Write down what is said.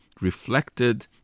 reflected